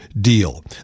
deal